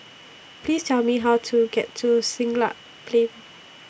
Please Tell Me How to get to Siglap Plain